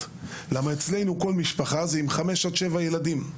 כי אצלנו בכל משפחה יש בין חמישה לשבעה ילדים.